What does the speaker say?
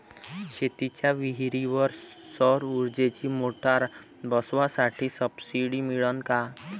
शेतीच्या विहीरीवर सौर ऊर्जेची मोटार बसवासाठी सबसीडी मिळन का?